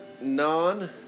non